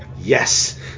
Yes